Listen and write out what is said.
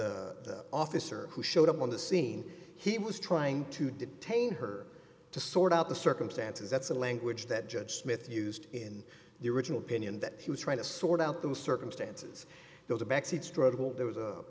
the officer who showed up on the scene he was trying to detain her to sort out the circumstances that's the language that judge smith used in the original pinion that he was trying to sort out the circumstances though the backseat struggle there was